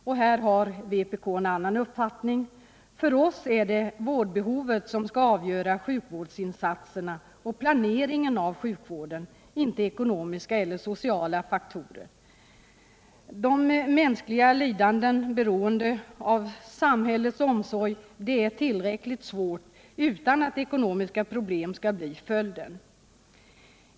Vpk vidhåller emellertid sin uppfattning at det är vårdbehovet som skall avgöra sjukvårdsinsatserna och planeringen av sjukvården, inte ekonomiska eller sociala faktorer. Det mänskliga lidandet och beroendet av samhällets omsorg är tillräckligt stort utan att ekonomiska problem skall bli följden.